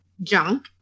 junk